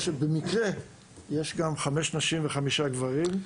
תראו שבמקרה יש גם 5 נשים ו-5 גברים.